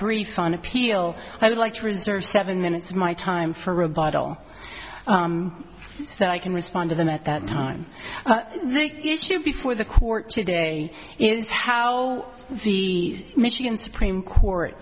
brief on appeal i would like to reserve seven minutes of my time for rebuttal so i can respond to them at that time the issue before the court today is how the michigan supreme court